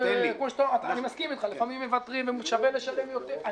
אני מסכים איתך, לפעמים מוותרים ושווה לשלם יותר.